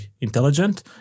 intelligent